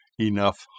enough